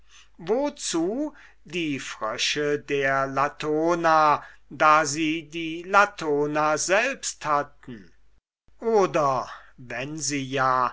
wozu die frösche der latona da sie die latona selbst hatten oder wenn sie ja